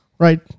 right